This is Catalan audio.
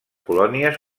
colònies